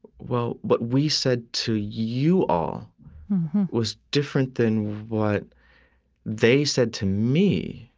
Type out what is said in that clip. well, what we said to you all was different than what they said to me,